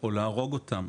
או להרוג אותם